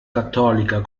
cattolica